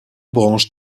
branches